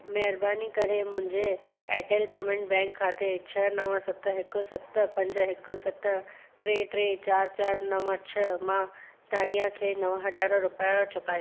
महिरबानी करे मुंहिंजे एयरटेल पेमेंट बैंक खाते छह नव सत हिकु सत पंज हिक सत टे टे चारि चारि नव छह मां दानिआ खे नव हज़ार रुपिया चुकायो